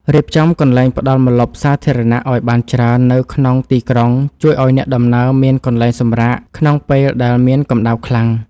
រៀបចំកន្លែងផ្ដល់ម្លប់សាធារណៈឱ្យបានច្រើននៅក្នុងទីក្រុងជួយឱ្យអ្នកធ្វើដំណើរមានកន្លែងសម្រាកក្នុងពេលដែលមានកម្ដៅខ្លាំង។